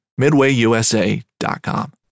midwayusa.com